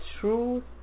truth